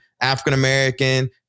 African-American